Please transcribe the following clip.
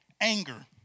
Anger